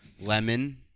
Lemon